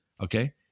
Okay